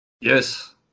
Yes